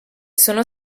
sono